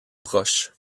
proche